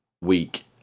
week